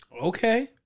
Okay